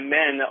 men